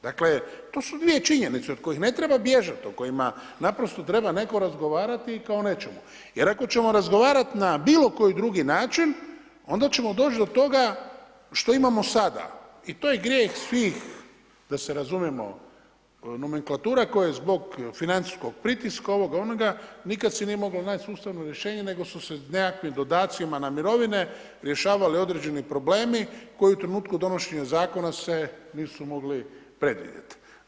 Dakle, to su dvije činjenice od kojih ne treba bježati, o kojima naprosto treba netko razgovarati kao o nečemu jer ako ćemo razgovarati na bilokoji drugi način, onda ćemo doći do toga što imamo sada i to je grijeh svih da se razumijemo, nomenklatura koje zbog financijskog pritiska, ovoga, onoga nikad se nije moglo naći sustavno rješenje nego su se nekakvim dodacima na mirovine rješavali određeni problemi koji u trenutku donošenja zakona se nisu mogli predvidjeti.